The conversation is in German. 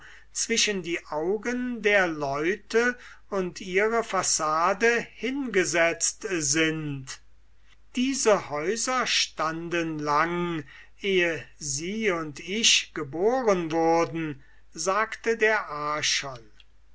zwischen die augen der leute und ihre fassade hingesetzt sind diese häuser stunden lange eh sie und ich geboren wurden sagte der